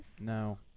No